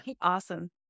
Awesome